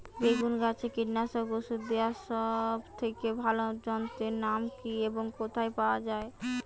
বেগুন গাছে কীটনাশক ওষুধ দেওয়ার সব থেকে ভালো যন্ত্রের নাম কি এবং কোথায় পাওয়া যায়?